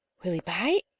will he bite?